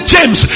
James